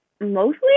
mostly